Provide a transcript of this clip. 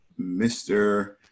mr